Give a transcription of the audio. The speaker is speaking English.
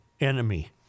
enemy